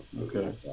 Okay